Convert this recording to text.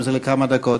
אם זה לכמה דקות.